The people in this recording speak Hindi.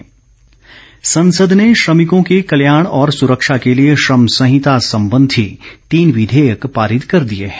विघेयक संसद ने श्रमिकों के कल्याण और सुरक्षा के लिए श्रम संहिता संबंधी तीन विधेयक पारित कर दिए हैं